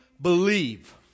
believe